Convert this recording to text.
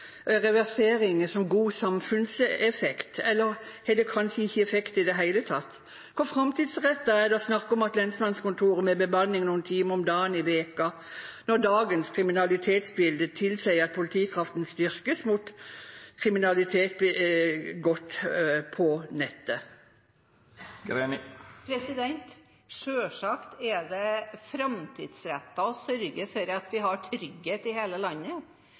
reversering har god samfunnseffekt, eller har det kanskje ikke effekt i det hele tatt? Hvor framtidsrettet er det å snakke om lensmannskontor med bemanning noen timer om dagen eller i uka, når dagens kriminalitetsbilde tilsier at politikraften styrkes mot kriminaliteten begått på nettet? Selvsagt er det framtidsrettet å sørge for at vi har trygghet i hele landet.